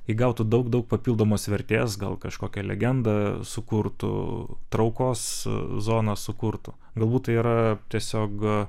įgautų daug daug papildomos vertės gal kažkokią legendą sukurtų traukos zoną sukurtų galbūt tai yra tiesiogiai